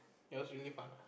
it was really fun lah